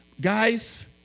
Guys